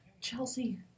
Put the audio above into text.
Chelsea